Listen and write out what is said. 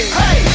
hey